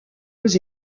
aux